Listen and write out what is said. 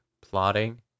plotting